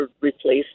replace